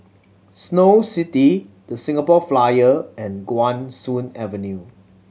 Snow City The Singapore Flyer and Guan Soon Avenue